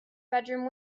bedroom